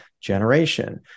generation